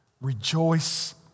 Rejoice